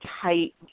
tight